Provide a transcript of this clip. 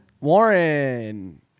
Warren